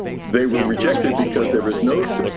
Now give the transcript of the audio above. they were rejected because there was no so